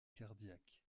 cardiaques